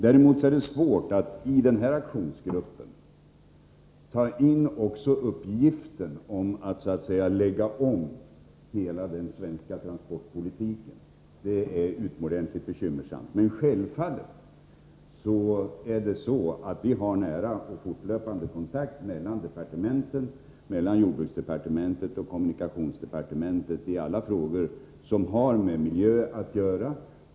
Däremot är det svårt att i aktionsgruppen ta in uppgiften att så att Nr 119 säga lägga om hela den svenska transportpolitiken. Självfallet finns det nära Fredagen den och fortlöpande kontakter mellan jordbruksdepartementet och kommunika =& april 1984 tionsdepartementet i alla frågor som har med miljö att göra.